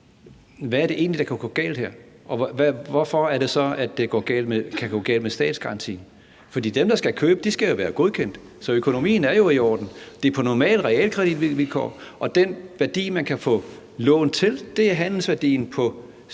hvad er det så egentlig, der kan gå galt her, og hvorfor er det så, at det kan gå galt med statsgarantien? For dem, der skal købe, skal jo være godkendt; så økonomien er jo i orden. Det foregår på normale realkreditvilkår, og den værdi, man kan få lån til, er handelsværdien på salgstidspunktet.